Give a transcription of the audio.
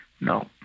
No